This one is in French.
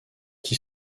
qui